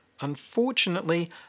Unfortunately